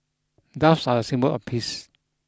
doves are a symbol of peace